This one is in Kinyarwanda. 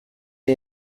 iyi